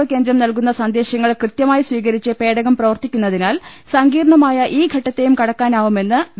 O കേന്ദ്രം നൽകുന്ന സന്ദേ ശങ്ങൾ കൃത്യമായി സ്വീകരിച്ച് പേടകം പ്രവർത്തിക്കുന്നതിനാൽ സങ്കീർണ്ണ മായ ഈ ഘട്ടത്തെയും കടക്കാനാവുമെന്ന് വി